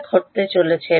যা ঘটতে চলেছে